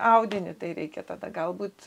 audinį tai reikia tada galbūt